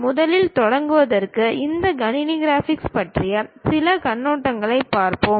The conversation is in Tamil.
முதலில் தொடங்குவதற்கு இந்த கணினி கிராபிக்ஸ் பற்றிய சில கண்ணோட்டங்களைப் பார்ப்போம்